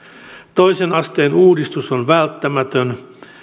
toisen asteen uudistus on välttämätön